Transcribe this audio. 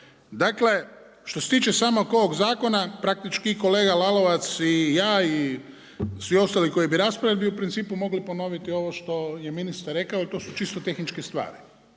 Dakle što se tiče samo oko ovog zakona, praktički kolega Lalovac i ja i svi ostali koji bi raspravljali bi u principu mogli ponoviti ovo što je ministar rekao, to su čisto tehničke stvari,